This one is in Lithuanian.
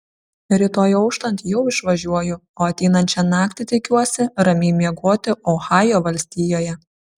rytoj auštant jau išvažiuoju o ateinančią naktį tikiuosi ramiai miegoti ohajo valstijoje